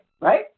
right